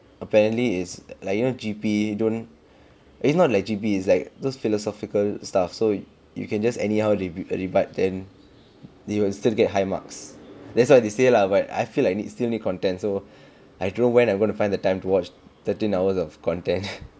apparently is like you know G_P don't it's not like G_P is like those philosophical stuff so you can just anyhow re~ rebute then you will still get high marks that's what they say lah but I feel like need still need content so I don't know when I'm gonna find the time to watch thirteen hours of content